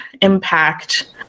impact